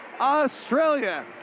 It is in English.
Australia